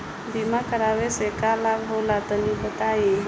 बीमा करावे से का लाभ होला तनि बताई?